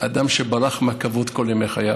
אדם שברח מהכבוד כל ימי חייו.